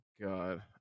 god